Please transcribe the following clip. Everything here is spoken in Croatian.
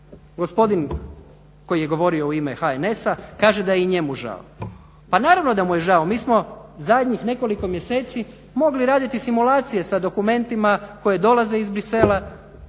Gospodin koji je govorio u ime HNS-a kaže da je i njemu žao. Pa naravno da mu je žao. Mi smo zadnjih nekoliko mjeseci mogli raditi simulacije sa dokumentima koji dolaze iz Bruxellesa,